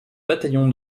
bataillon